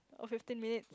or fifteen minutes